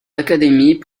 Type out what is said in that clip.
académies